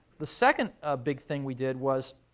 the second ah big thing we did was,